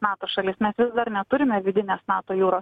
nato šalis mes vis dar neturime vidinės nato jūros